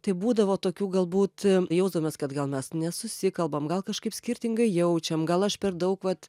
tai būdavo tokių galbūt jausdomės kad gal mes nesusikalbam gal kažkaip skirtingai jaučiam gal aš per daug vat